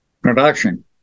production